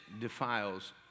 defiles